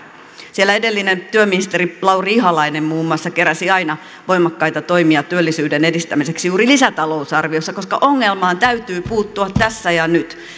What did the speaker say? siellä edellinen työministeri lauri ihalainen muun muassa keräsi aina voimakkaita toimia työllisyyden edistämiseksi juuri lisätalousarviossa koska ongelmaan täytyy puuttua tässä ja nyt